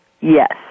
Yes